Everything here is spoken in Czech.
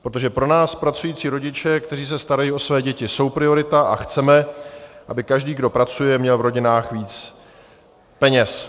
Protože pro nás, pracující rodiče, kteří se starají o své děti, jsou priorita a chceme, aby každý, kdo pracuje, měl v rodinách víc peněz.